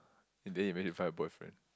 then you manage to find a boyfriend